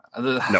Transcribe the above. No